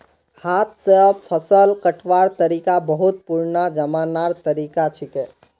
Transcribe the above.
हाथ स फसल कटवार तरिका बहुत पुरना जमानार तरीका छिके